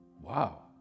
Wow